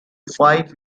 five